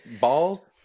balls